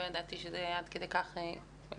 לא ידעתי שזה פלח עד כדי כך גדול.